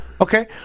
okay